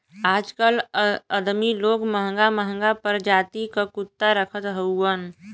आजकल अदमी लोग महंगा महंगा परजाति क कुत्ता रखत हउवन